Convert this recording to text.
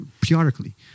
periodically